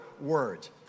words